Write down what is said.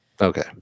Okay